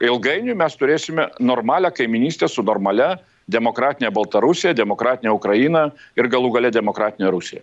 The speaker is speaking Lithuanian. ilgainiui mes turėsime normalią kaimynystę su normalia demokratinę baltarusija demokratinę ukraina ir galų gale demokratine rusija